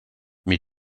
mais